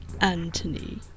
Anthony